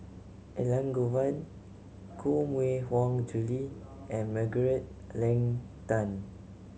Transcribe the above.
Elangovan Koh Mui Hiang Julie and Margaret Leng Tan